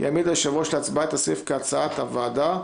יעמיד היושב-ראש להצבעה את הסעיף כהצעת הוועדה,